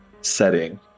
setting